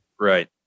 Right